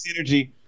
Synergy